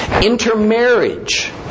Intermarriage